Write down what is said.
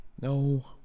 No